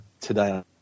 today